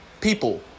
people